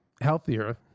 healthier